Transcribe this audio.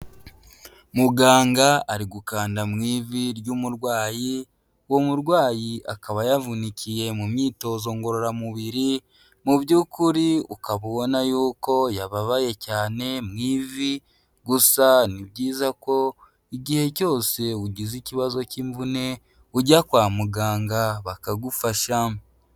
Muganga ari gukanda mu ivi ry'umurwayi, uwo murwayi akaba yavunikiye mu myitozo ngororamubiri, mu by'ukuri ukaba ubona yuko yababaye cyane mu ivi, gusa ni byiza ko igihe cyose ugize ikibazo cy'imvune ujya kwa muganga bakagufasha.